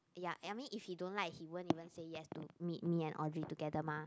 ya I mean if he don't like he won't even say yes to meet me and all be together mah